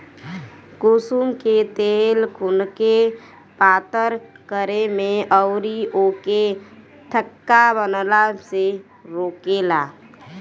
कुसुम के तेल खुनके पातर करे में अउरी ओके थक्का बनला से रोकेला